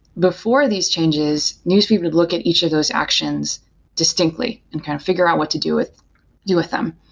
before these changes, newsfeed would look at each of those actions distinctly and kind of figure out what to do with do with them.